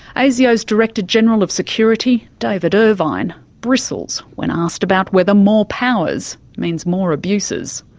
asio's director-general of security, david irvine, bristles when asked about whether more powers means more abuses.